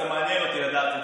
מעניין אותי לדעת את זה.